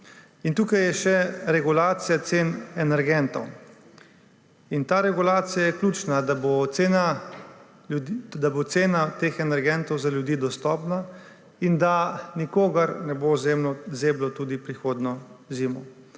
Tukaj je še regulacija cen energentov. Ta regulacija je ključna, da bo cena teh energentov za ljudi dostopna in da nikogar ne bo zeblo tudi prihodnjo zimo.